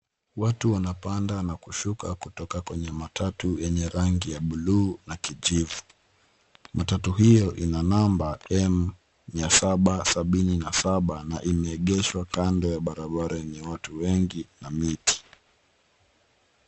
Watu wanapanda na kushuka kutoka kwenye matatu yenye rangi ya buluu na kijivu. Matatu hio ina namba M mia saba sabini na saba na imeegeshwa kando ya barabara yenye watu wengi na miti.